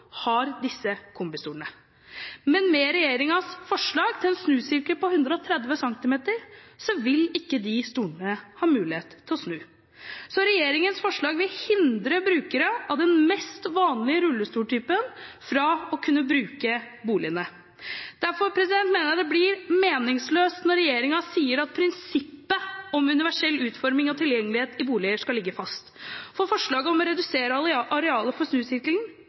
har disse kombistolene. Med regjeringens forslag til en snusirkel på 130 cm, vil ikke disse stolene ha mulighet til å snu. Så regjeringens forslag vil hindre brukere av den mest vanlige rullestoletypen fra å kunne bruke boligene. Derfor mener jeg det blir meningsløst når regjeringen sier at prinsippet om universell utforming av tilgjengelighet i boliger skal ligge fast, fordi forslaget om å redusere arealet for snusirkelen